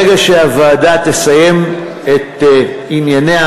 ברגע שהוועדה תסיים את ענייניה,